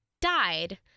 died